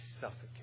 suffocate